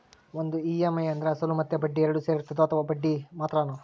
ಒಂದು ಇ.ಎಮ್.ಐ ಅಂದ್ರೆ ಅಸಲು ಮತ್ತೆ ಬಡ್ಡಿ ಎರಡು ಸೇರಿರ್ತದೋ ಅಥವಾ ಬರಿ ಬಡ್ಡಿ ಮಾತ್ರನೋ?